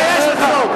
תתבייש לך.